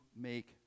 make